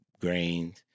grains